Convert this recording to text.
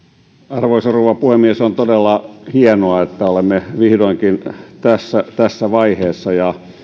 arvoisa rouva puhemies on todella hienoa että olemme vihdoinkin tässä tässä vaiheessa ja